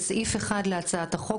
בסעיף 1 להצעת החוק,